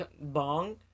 bong